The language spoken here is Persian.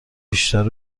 بیشتر